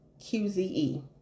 QZE